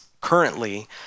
currently